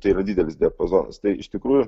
tai yra didelis diapazonas tai iš tikrųjų